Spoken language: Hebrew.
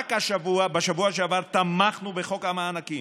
רק בשבוע שעבר תמכנו בחוק המענקים.